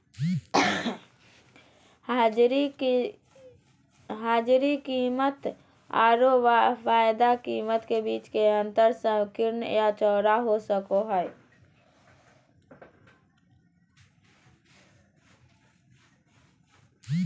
हाजिर कीमतआरो वायदा कीमत के बीच के अंतर संकीर्ण या चौड़ा हो सको हइ